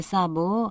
Sabo